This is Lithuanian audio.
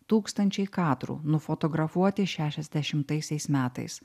tūkstančiai kadrų nufotografuoti šešiasdešimtaisiais metais